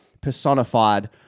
personified